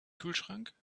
kühlschrank